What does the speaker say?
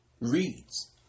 reads